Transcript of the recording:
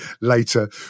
later